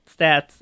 stats